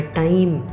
time